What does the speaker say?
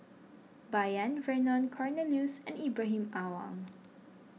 Bai Yan Vernon Cornelius and Ibrahim Awang